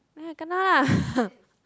ya kena lah